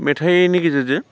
मेथाइनि गेजेरजों